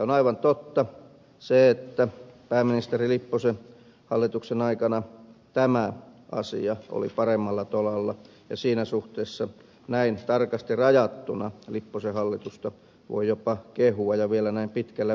on aivan totta se että pääministeri lipposen hallituksen aikana tämä asia oli paremmalla tolalla ja siinä suhteessa näin tarkasti rajattuna lipposen hallitusta voi jopa kehua ja vielä näin pitkällä viiveellä